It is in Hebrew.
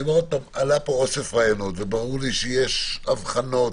אלה אוסף רעיונות, וברור לי שיש הבחנות